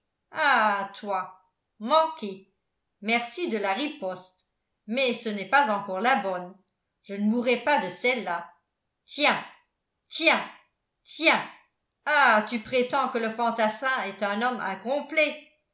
à toi manqué merci de la riposte mais ce n'est pas encore la bonne je ne mourrai pas de cellelà tiens tiens tiens ah tu prétends que le fantassin est un homme incomplet